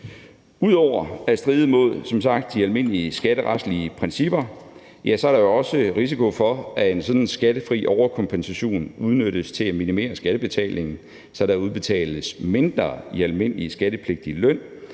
Ud over at stride mod som sagt de almindelige skatteretlige principper er der jo også risiko for, at en sådan skattefri overkompensation udnyttes til at minimere skattebetalingen, så der udbetales mindre i almindelig skattepligtig løn